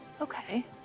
Okay